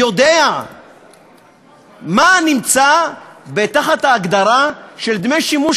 יודע מה נמצא תחת ההגדרה של דמי שימוש